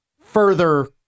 further